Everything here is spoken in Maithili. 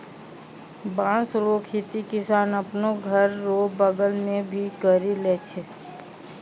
बाँस रो खेती किसान आपनो घर रो बगल मे भी करि लै छै